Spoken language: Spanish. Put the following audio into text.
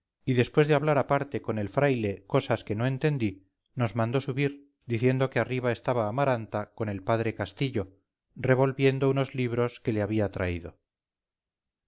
y después de hablar aparte con el fraile cosas que no entendí nos mandó subir diciendo que arriba estaba amaranta con el padre castillo revolviendo unos libros que le habían traído